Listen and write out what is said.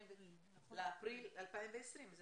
אפריל 2020,